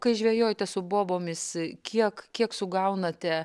kai žvejojate su bobomis kiek kiek sugaunate